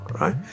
right